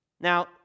Now